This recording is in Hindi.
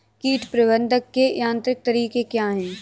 कीट प्रबंधक के यांत्रिक तरीके क्या हैं?